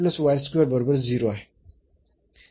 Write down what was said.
तर तो बरोबर 0 आहे